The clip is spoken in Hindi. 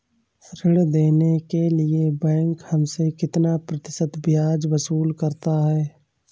ऋण देने के लिए बैंक हमसे कितना प्रतिशत ब्याज वसूल करता है?